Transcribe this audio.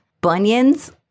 Bunions